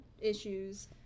issues